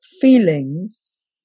feelings